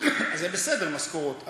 אז זה בסדר משכורות,